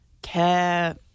care